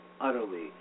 utterly